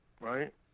right